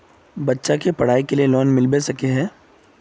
बच्चा के पढाई के लिए लोन मिलबे सके है?